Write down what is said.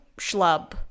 schlub